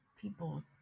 people